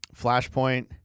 Flashpoint